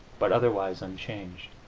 but otherwise unchanged.